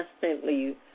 Constantly